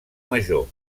major